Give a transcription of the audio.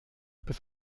bis